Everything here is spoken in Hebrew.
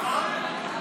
נכון?